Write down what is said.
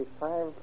Five